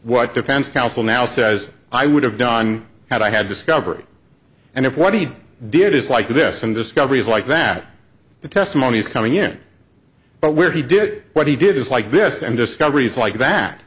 what defense counsel now says i would have done had i had discovery and if what he did is like this and discoveries like that the testimony is coming in but where he did what he did is like this and discoveries like that